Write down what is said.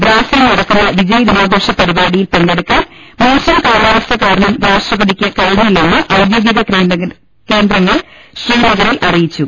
ദ്രാസിൽ നടക്കുന്ന വിജയ് ദിനാഘോഷ പരി പാടിയിൽ പങ്കെടുക്കാൻ മോശും കാലാവസ്ഥ കാരണം രാഷ്ട്ര പതിക്ക് കഴിഞ്ഞില്ലെന്ന് ഔദ്യോഗിക കേന്ദ്രങ്ങൾ ശ്രീനഗറിൽ അറി യിച്ചു